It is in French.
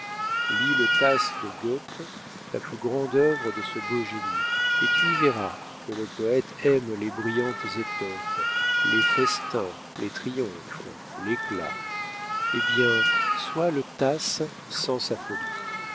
lis le tasse de gœthe la plus grande œuvre de ce beau génie et tu y verras que le poète aime les brillantes étoffes les festins les triomphes l'éclat eh bien sois le tasse sans sa folie